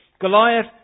Goliath